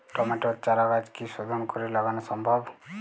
টমেটোর চারাগাছ কি শোধন করে লাগানো সম্ভব?